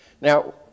Now